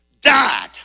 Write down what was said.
died